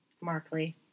Markley